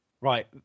Right